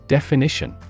Definition